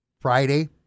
Friday